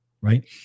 right